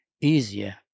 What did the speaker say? easier